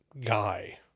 guy